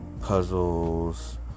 puzzles